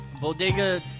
Bodega